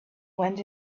went